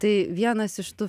tai vienas iš tų